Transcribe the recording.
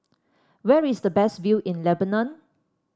where is the best view in Lebanon